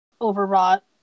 overwrought